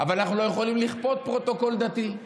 אבל אנחנו לא יכולים לכפות פרוטוקול דתי.